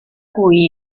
cui